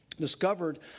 discovered